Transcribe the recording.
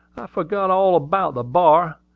forgot all about the bar!